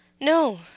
No